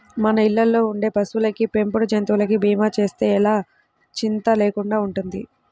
మన ఇళ్ళల్లో ఉండే పశువులకి, పెంపుడు జంతువులకి భీమా చేస్తే ఎలా చింతా లేకుండా ఉండొచ్చు